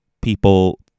people